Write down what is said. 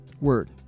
word